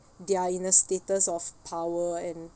they're in a status of power and